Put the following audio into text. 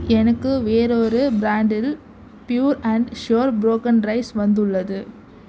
எனக்கு வேறொரு பிராண்டில் pure and sure broken rice வந்துள்ளது